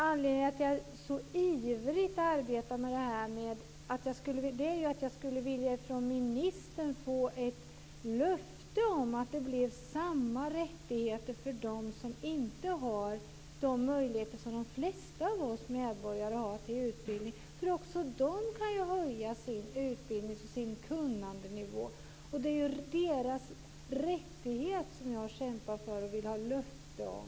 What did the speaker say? Anledningen till att jag så ivrigt arbetar med detta är ju att jag från ministern skulle vilja få ett löfte om att det blir samma rättigheter för dem som inte har de möjligheter som de flesta av oss medborgare har till utbildning. Även de kan ju höja sin utbildnings och kunnandenivå. Det är deras rättighet som jag kämpar för och vill ha ett löfte om.